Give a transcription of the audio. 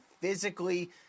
physically